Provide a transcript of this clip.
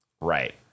Right